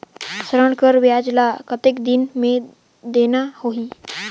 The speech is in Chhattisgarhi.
ऋण कर ब्याज ला कतेक दिन मे देना होही?